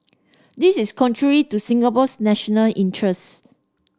this is contrary to Singapore's national interests